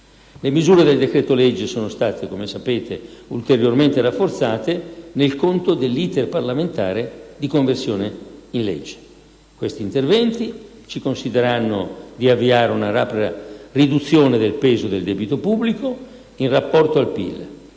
Le misure del decreto-legge sono state, come sapete, ulteriormente rafforzate nel corso dell'*iter* parlamentare di conversione in legge. Questi interventi ci consentiranno di avviare una rapida riduzione del peso del debito pubblico in rapporto al PIL,